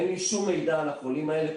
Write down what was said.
אין לי שום מידע על החולים האלה.